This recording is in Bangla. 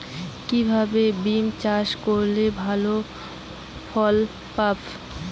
কিভাবে বিম চাষ করলে ভালো ফলন পাব?